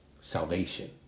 Salvation